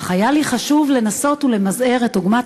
אך היה לי חשוב לנסות ולמזער את עוגמת